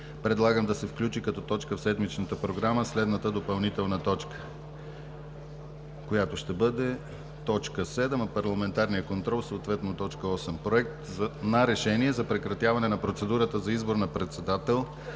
предлагам да се включи като точка в седмичната Програма следната допълнителна точка, която ще бъде точка седма, а парламентарният контрол – съответно точка осма – Проект на решение за прекратяване на процедурата за избор на председател,